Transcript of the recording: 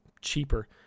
cheaper